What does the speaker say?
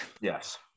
Yes